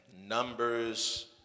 Numbers